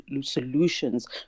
solutions